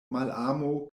malamo